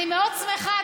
אני מאוד שמחה,